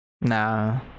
nah